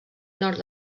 nord